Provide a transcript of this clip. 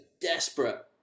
desperate